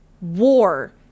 war